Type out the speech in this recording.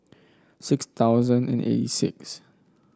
six thousand and eight six